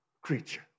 creature